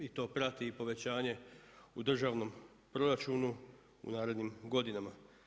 I to prati povećanje u državnom proračunu u narednim godinama.